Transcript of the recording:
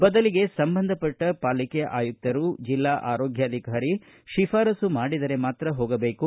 ಬದಲಿಗೆ ಸಂಬಂಧಪಟ್ಟ ಪಾಲಿಕೆ ಆಯುಕ್ತರು ಜಿಲ್ಲಾ ಆರೋಗ್ಬಾಧಿಕಾರಿ ಶಿಫಾರಸು ಮಾಡಿದರೆ ಮಾತ್ರ ಹೋಗಬೇಕು